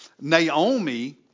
Naomi